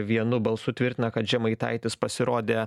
vienu balsu tvirtina kad žemaitaitis pasirodė